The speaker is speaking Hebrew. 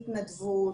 התנדבות,